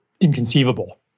inconceivable